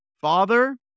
Father